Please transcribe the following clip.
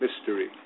mystery